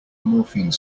morphine